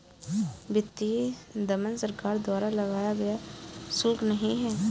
वित्तीय दमन सरकार द्वारा लगाया गया शुल्क नहीं है